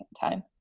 time